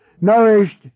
nourished